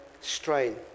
strain